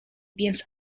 więc